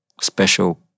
special